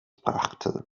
brachte